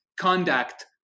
conduct